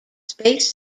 space